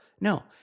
No